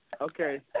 Okay